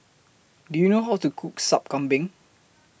Do YOU know How to Cook Sup Kambing